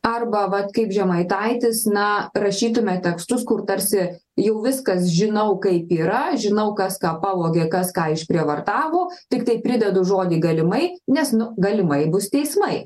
arba vat kaip žemaitaitis na rašytume tekstus kur tarsi jau viskas žinau kaip yra žinau kas ką pavogė kas ką išprievartavo tiktai pridedu žodį galimai nes nu galimai bus teismai